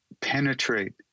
penetrate